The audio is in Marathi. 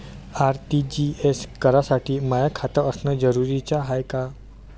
आर.टी.जी.एस करासाठी माय खात असनं जरुरीच हाय का?